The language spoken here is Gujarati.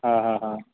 હા હા હા